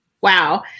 Wow